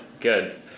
good